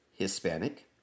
Hispanic